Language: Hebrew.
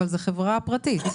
אבל זו חברה פרטית.